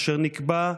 אשר נקבע,